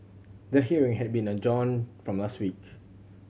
the hearing had been adjourned from last week